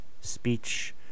speech